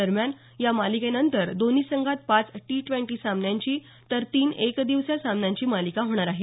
दरम्यान या मालिकेनंतर दोन्ही संघात पाच टी ड्वेंटी सामन्यांची तर तीन एकदिवसीय सामन्यांची मालिका होणार आहे